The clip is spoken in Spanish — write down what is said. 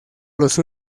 los